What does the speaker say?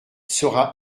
sera